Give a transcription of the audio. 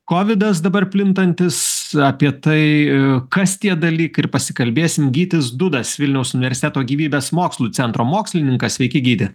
kovidas dabar plintantis apie tai kas tie dalykai ir pasikalbėsim gytis dudas vilniaus universiteto gyvybės mokslų centro mokslininkas sveiki gyti